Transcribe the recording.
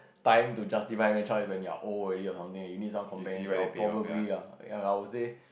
time to justify when a child is when you're old already or something you need some companionship or probably ya ya I would say